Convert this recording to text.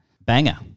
Banger